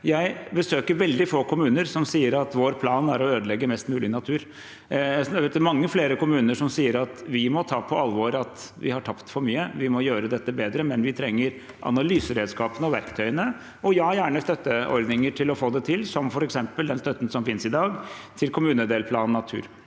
Jeg besøker veldig få kommuner som sier at deres plan er å ødelegge mest mulig natur. Det er mange flere kommuner som sier at vi må ta på alvor at vi har tapt for mye, og vi må gjøre dette bedre, men vi trenger analyseredskapene og verktøyene – og ja, gjerne støtteordninger – for å få det til, som f.eks. den støtten som finnes i dag til kommunedelplanen for natur.